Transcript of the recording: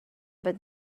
but